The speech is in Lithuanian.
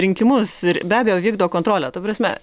rinkimus ir be abejo vykdo kontrolę ta prasme